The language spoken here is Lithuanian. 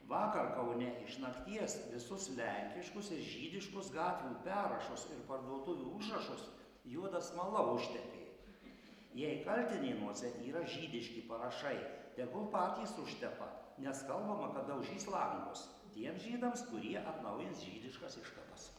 vakar kaune iš nakties visus lenkiškus ir žydiškus gatvių perrašus ir parduotuvių užrašus juoda smala užtepė jei kaltinėnuose yra žydiški parašai tegul patys užtepa nes kalbama kad daužys langus tiems žydams kurie atnaujins žydiškas iškabas